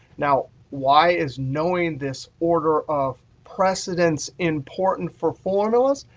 now why is knowing this order of precedence important for formulas?